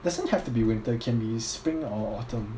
doesn't have to be winter can be spring or autumn